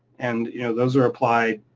and you know those are applied